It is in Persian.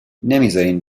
نمیزارین